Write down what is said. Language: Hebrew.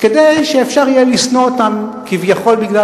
כדי שאפשר יהיה לשנוא אותם כביכול בגלל